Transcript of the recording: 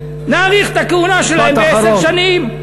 נאריך את הכהונה שלהם בעשר שנים.